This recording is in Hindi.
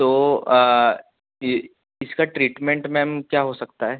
तो ये इसका ट्रीटमेंट मैम क्या हो सकता है